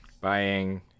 buying